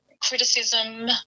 criticism